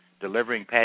delivering